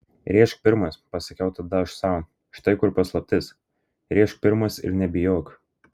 rėžk pirmas pasakiau tada aš sau štai kur paslaptis rėžk pirmas ir nebijok